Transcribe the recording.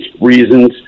reasons